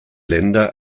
länder